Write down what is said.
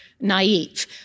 naive